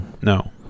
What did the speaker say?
No